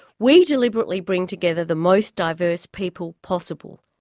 we deliberately bring together the most diverse people possible,